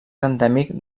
endèmic